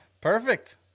perfect